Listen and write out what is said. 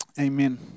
Amen